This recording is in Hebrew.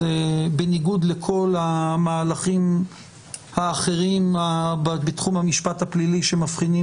זה בניגוד לכל המהלכים האחרים בתחום המשפט הפלילי שמבחינים